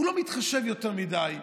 לא מתחשבים יותר מדי.